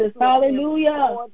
Hallelujah